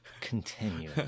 continue